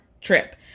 trip